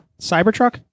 Cybertruck